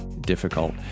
difficult